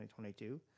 2022